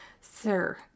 Sir